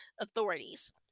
authorities